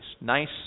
Nice